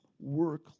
work